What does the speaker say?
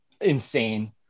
insane